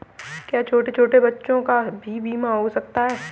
क्या छोटे छोटे बच्चों का भी बीमा हो सकता है?